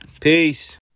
Peace